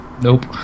Nope